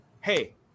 hey